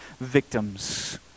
victims